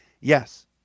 Yes